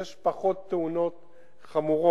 יש פחות תאונות חמורות,